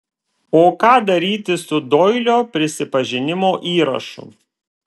o ką daryti su doilio prisipažinimo įrašu